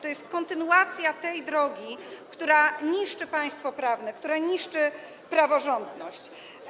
To jest kontynuacja tej drogi, która niszczy państwo prawne, która niszczy praworządność.